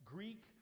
Greek